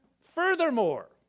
Furthermore